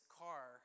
car